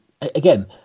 again